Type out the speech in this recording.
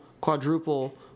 quadruple –